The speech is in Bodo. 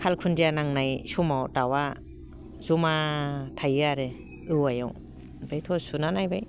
काल खुन्दिया नांनाय समाव दाउआ जमा थायो आरो औवायाव ओमफ्राय टर्च सुना नायबाय